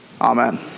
amen